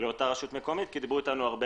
לאותה רשות מקומית כי דברו אתנו הרבה